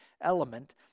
element